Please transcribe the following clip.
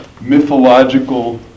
mythological